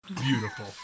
beautiful